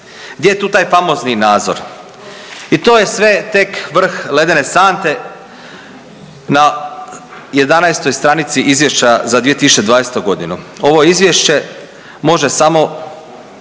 Gdje je tu taj famozni nadzor? I to je sve tek vrh ledene sante na 11. stranici izvješća za 2020.g.. Ovo izvješće može samo